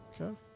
Okay